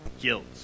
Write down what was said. guilt